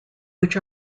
which